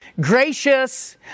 gracious